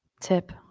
tip